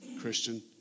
Christian